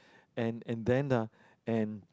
and and then uh and